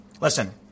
Listen